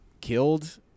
killed